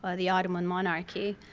ah the ottoman monarchy,